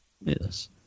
Yes